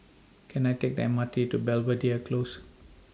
Can I Take The M R T to Belvedere Close